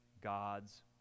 God's